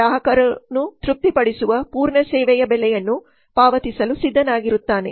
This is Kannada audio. ಗ್ರಾಹಕನು ತೃಪ್ತಿಪಡಿಸುವ ಪೂರ್ಣ ಸೇವೆಯ ಬೆಲೆಯನ್ನು ಪಾವತಿಸಲು ಸಿದ್ಧನಾಗಿರುತ್ತಾನೆ